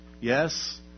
yes